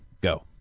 go